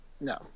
No